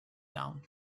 town